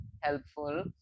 helpful